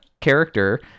character